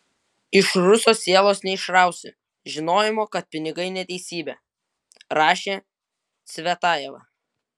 iš ruso sielos neišrausi žinojimo kad pinigai neteisybė rašė cvetajeva